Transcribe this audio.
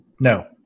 No